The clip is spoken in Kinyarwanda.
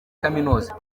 kaminuza